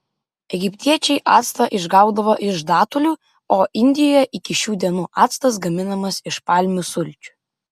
egiptiečiai actą išgaudavo iš datulių o indijoje iki šių dienų actas gaminamas iš palmių sulčių